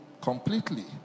completely